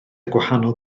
gwahanol